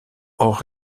hors